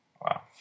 Wow